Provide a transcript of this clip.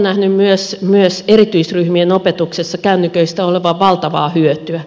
olen nähnyt myös erityisryhmien opetuksessa kännyköistä olevan valtavaa hyötyä